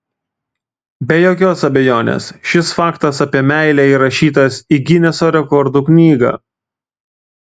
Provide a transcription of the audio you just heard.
be jokios abejonės šis faktas apie meilę įrašytas į gineso rekordų knygą